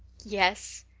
yes,